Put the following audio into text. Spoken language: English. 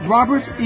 Robert